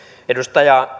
edustaja